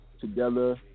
together